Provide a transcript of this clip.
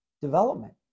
development